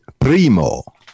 Primo